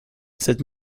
cette